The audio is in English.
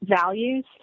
values